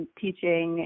teaching